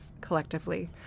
collectively